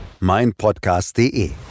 meinpodcast.de